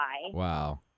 Wow